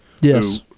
Yes